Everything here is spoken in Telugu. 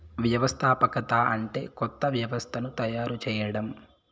వ్యవస్థాపకత అంటే కొత్త వ్యవస్థను తయారు చేయడం